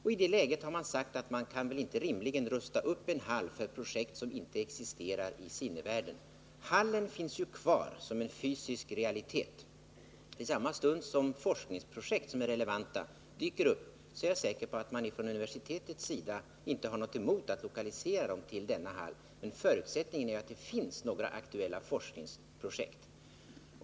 I det läget har man sagt att man inte rimligen kan rusta upp en hall för projekt som inte existerar i sinnevärlden. Hallen finns ju kvar som en fysisk realitet. I samma stund som relevanta forskningsprojekt dyker upp kommer man från universitetets sida säkert inte att ha något emot att lokalisera dem till denna hall. Men förutsättningen är att det finns några aktuella forskningsprojekt.